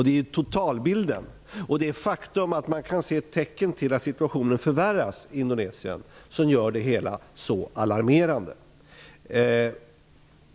Det är totalbilden och det faktum att man kan se tecken på att situationen i Indonesien förvärras som gör det hela så alarmerande.